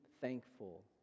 thankful